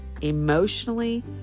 emotionally